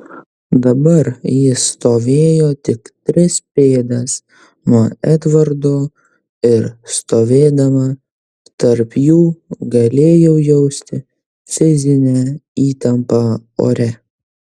dabar jis stovėjo tik tris pėdas nuo edvardo ir stovėdama tarp jų galėjau jausti fizinę įtampą ore